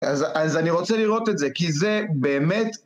אז אני רוצה לראות את זה, כי זה באמת...